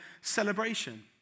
celebration